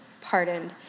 pardoned